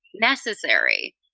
necessary